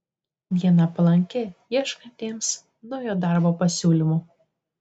diena palanki ieškantiems naujo darbo pasiūlymų